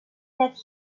that